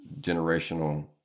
generational